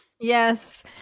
Yes